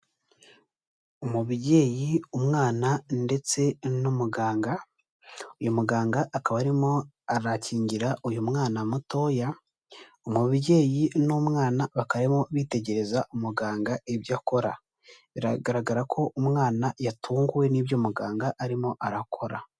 Umubyeyi, umwana ndetse n'umuganga, uyu muganga akaba arimo arakingira uyu mwana mutoya, umubyeyi n'umwana bakaba barimo bitegereza umuganga ibyo akora, biragaragara ko umwana yatunguwe n'ibyo muganga arimo arakora.